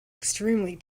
extremely